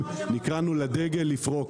נקראנו לדגל לפרוק.